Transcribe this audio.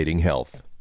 health